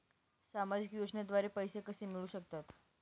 सामाजिक योजनेद्वारे पैसे कसे मिळू शकतात?